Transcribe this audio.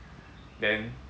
then